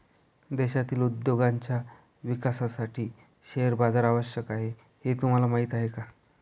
देशातील उद्योगांच्या विकासासाठी शेअर बाजार आवश्यक आहे हे तुम्हाला माहीत आहे का?